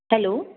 hello